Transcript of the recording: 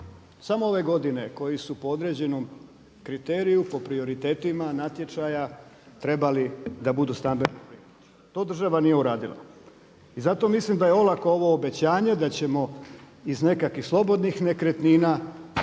Samo ove godine koje su po određenom kriteriju po prioritetima natječaja trebali biti stambeno zbrinut, to država nije uradila. I zato mislim da je olako ovo obećanje da ćemo iz nekakvih slobodnih nekretnina